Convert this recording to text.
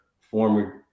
former